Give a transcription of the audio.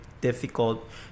difficult